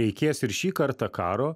reikės ir šį kartą karo